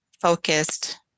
focused